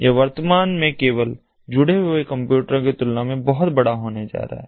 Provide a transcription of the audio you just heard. यह वर्तमान में केवल जुड़े हुए कंप्यूटरों की तुलना में बहुत बड़ा होने जा रहा है